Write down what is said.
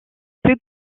plus